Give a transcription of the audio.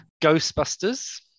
ghostbusters